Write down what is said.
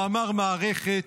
מאמר מערכת.